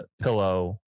pillow